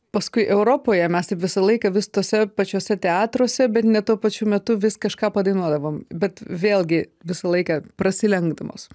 paskui europoje mes taip visą laiką vis tuose pačiuose teatruose bet ne tuo pačiu metu vis kažką padainuodavom bet vėlgi visą laiką prasilenkdamos